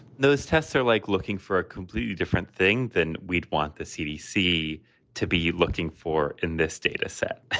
those tests are like looking for a completely different thing than we'd want the cdc to be looking for in this data set.